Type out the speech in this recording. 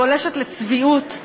גולשת לצביעות,